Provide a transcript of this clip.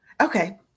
Okay